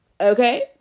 okay